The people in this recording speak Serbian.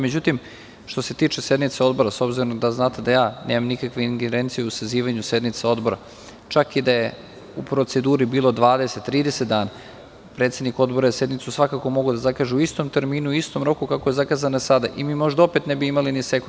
Međutim, što se tiče sednice odbora, s obzirom da znate da ja nemam nikakve ingerencije u sazivanju sednica odbora, čak i da je u proceduri bilo 20, 30 dana, predsednik odbora je sednicu svakako mogao da zakaže u istom terminu, istom roku kako je zakazana sada i mi možda opet ne bi imali ni sekund.